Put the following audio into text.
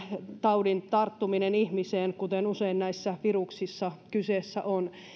taudin tarttuminen ihmiseen kuten usein näissä viruksissa on